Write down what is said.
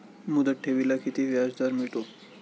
मुदत ठेवीला किती व्याजदर मिळतो?